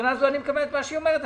אני מקבל את מה שהיא אומרת.